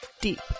deep